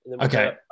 okay